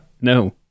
No